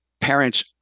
parents